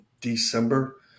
December